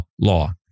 law